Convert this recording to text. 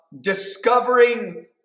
discovering